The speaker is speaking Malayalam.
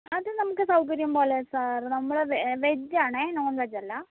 അത് നമുക്ക് സൗകര്യം പോലെ സർ നമ്മള് വെജ് ആണേ നോൺ വെജ് അല്ല